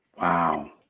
Wow